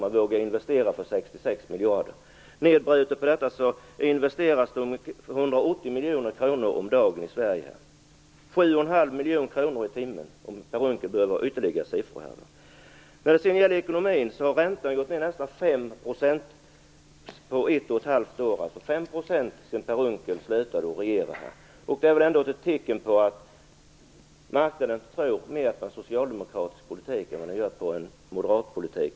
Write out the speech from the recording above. Det investeras 180 miljoner kronor om dagen i Sverige. Om Per Unckel behöver ytterligare siffror kan jag säga att det blir 7,5 miljoner kronor i timmen. När det sedan gäller ekonomin kan jag säga att räntan har gått ned nästan 5 % på ett och ett halvt år - alltså 5 % sedan Per Unckel slutade att regera. Det är väl ändå ett tecken på att marknaden tror mer på en socialdemokratisk politik än på en moderatpolitik.